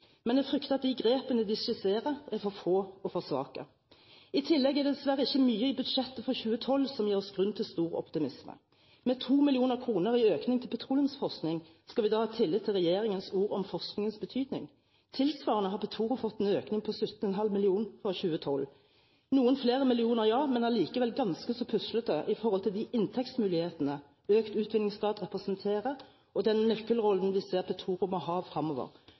men jeg frykter at de grepene de skisserer, er for få og for svake. I tillegg er det dessverre ikke mye i budsjettet for 2012 som gir oss grunn til stor optimisme. Med 2 mill. kr i økning til petroleumsforskning skal vi da ha tillit til regjeringens ord om forskningens betydning? Tilsvarende har Petoro fått en økning på 17,5 mill. kr for 2012, noen flere millioner, ja, men allikevel ganske så puslete i forhold til de inntektsmulighetene økt utvinningsgrad representerer, og den nøkkelrollen vi ser Petoro må ha fremover. På